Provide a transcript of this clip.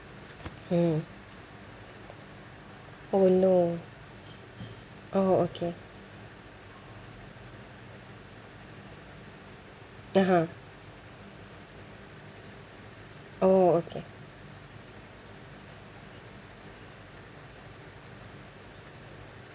mm oh no oh okay (uh huh) oh okay